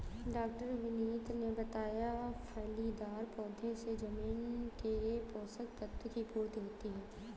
डॉ विनीत ने बताया फलीदार पौधों से जमीन के पोशक तत्व की पूर्ति होती है